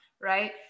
right